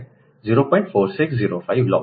4605 log